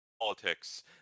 politics